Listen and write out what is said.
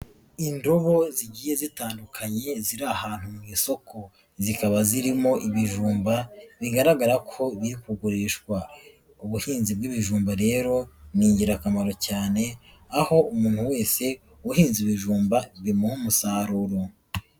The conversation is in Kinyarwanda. Indobo zigiye zitandukanye ziri ahantu mu isoko, zikaba zirimo ibijumba bigaragara ko biri kugurishwa, ubuhinzi bw'ibijumba rero ni ingirakamaro cyane, aho umuntu wese uhinze ibijumba bimuha umusaruro.